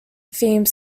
theme